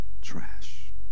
trash